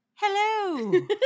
hello